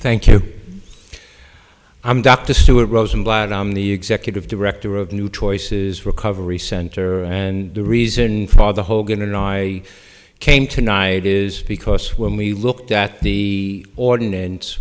rosenblatt i'm the executive director of new choices recovery center and the reason for the hogan and i came tonight is because when we looked at the ordinance